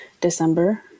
December